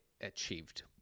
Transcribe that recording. achieved